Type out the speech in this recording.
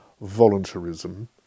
voluntarism